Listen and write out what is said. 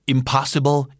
Impossible